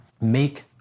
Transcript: Make